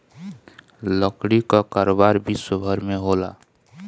लकड़ी कअ कारोबार विश्वभर में होला